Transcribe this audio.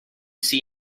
see